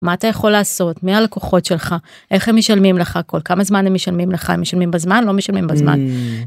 מה אתה יכול לעשות?, מי הלקוחות שלך?, איך הם משלמים לך? כל כמה זמן הם משלמים לך?, הם משלמים בזמן, לא משלמים בזמן?